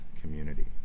community